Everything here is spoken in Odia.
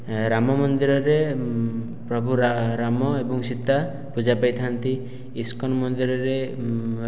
ରାମ ମନ୍ଦିରରେ ପ୍ରଭୁ ରାମ ଏବଂ ସୀତା ପୂଜା ପାଇଥାନ୍ତି ଇସ୍କନ ମନ୍ଦିରରେ ରାଧା